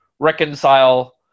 reconcile